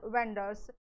vendors